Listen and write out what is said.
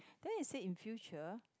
then I say in future